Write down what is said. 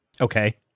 Okay